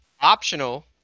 optional